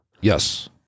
Yes